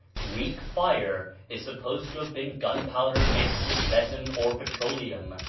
greek-fire is supposed to have been gunpowder mixed with resin or petroleum,